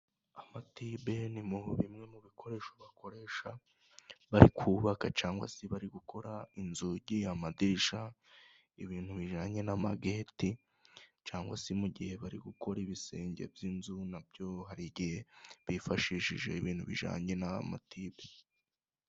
Amatibe ni mu bimwe mu bikoresho bakoresha bari kubaka cyangwa se bari gukora inzugi, amadishya, ibintu bijyanye n'amageti cyangwa se mu gihe bari gukora ibisenge by'inzu nabyo hari igihe bifashishije ibintu bijyanye n'amatibe.